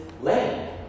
land